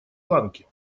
ланки